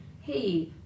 Hey